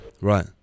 Right